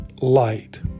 light